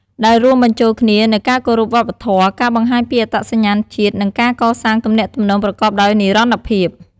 ដែលរួមបញ្ចូលគ្នានូវការគោរពវប្បធម៌ ការបង្ហាញពីអត្តសញ្ញាណជាតិ និងការកសាងទំនាក់ទំនងប្រកបដោយនិរន្តរភាព។